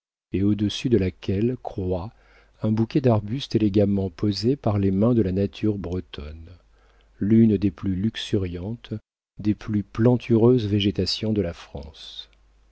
et au-dessus de laquelle croît un bouquet d'arbres élégamment posé par les mains de la nature bretonne l'une des plus luxuriantes des plus plantureuses végétations de la france